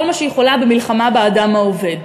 כל מה שהיא יכולה במלחמה באדם העובד.